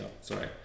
Sorry